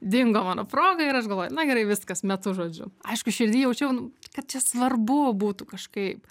dingo mano proga ir aš galvoju na gerai viskas metu žodžiu aišku širdy jaučiau kad čia svarbu būtų kažkaip